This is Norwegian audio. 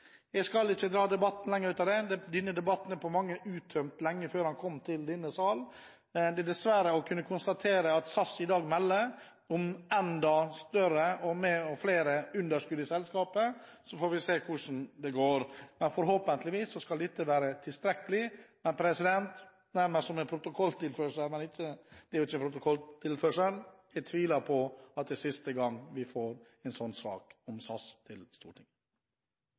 Jeg skal ikke dra ut debatten lenger. Denne debatten var på mange måter uttømt lenge før saken kom til denne sal. Dessverre må man konstatere at SAS i dag melder om enda større og flere underskudd i selskapet, men vi får se hvordan det går. Forhåpentligvis skal dette være tilstrekkelig, men – nærmest som en protokolltilførsel – jeg tviler på at det er siste gang vi får en sak om SAS til Stortinget.